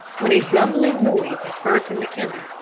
when a rumbling noise was heard from the kennel,